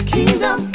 Kingdom